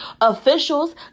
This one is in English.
officials